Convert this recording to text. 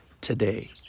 today